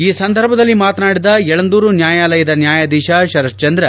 ಈ ಸಂದರ್ಭದಲ್ಲಿ ಮಾತನಾಡಿದ ಯಳಂದೂರು ನ್ಯಾಯಾಲಯದ ನ್ಯಾಯಾಧೀಶ ಶರತ್ ಚಂದ್ರ